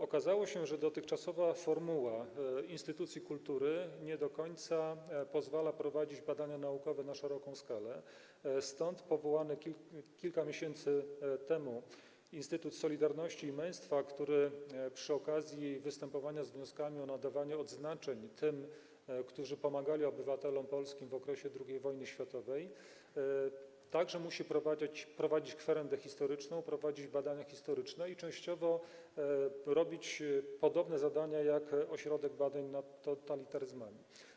Okazało się, że dotychczasowe działanie w formie instytucji kultury nie do końca pozwala prowadzić badania naukowe na szeroką skalę, stąd powołany kilka miesięcy temu Instytut Solidarności i Męstwa, który przy okazji występowania z wnioskami o nadawanie odznaczeń tym, którzy pomagali obywatelom polskim w okresie II wojny światowej, musi prowadzić kwerendę historyczną, prowadzić badania historyczne i częściowo wykonywać podobne zadania jak Ośrodek Badań nad Totalitaryzmami.